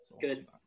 good